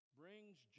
brings